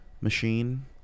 machine